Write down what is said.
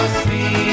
see